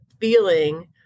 feeling